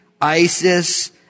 Isis